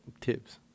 tips